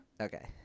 okay